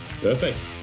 Perfect